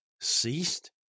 ceased